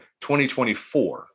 2024